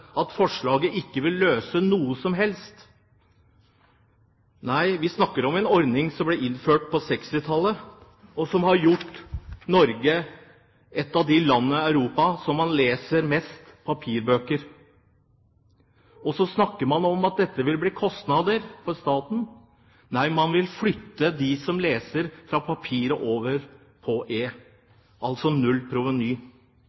forslaget ikke vil løse noe som helst. Nei, vi snakker om en ordning som ble innført på 1960-tallet, og som har gjort Norge til et av de landene i Europa der man leser mest papirbøker. Så snakker man om at dette vil bli kostnader for staten. Nei, man vil flytte dem som leser fra papiret over på